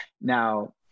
Now